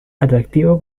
atractivo